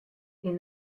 est